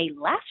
last